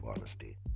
honesty